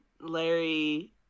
Larry